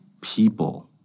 People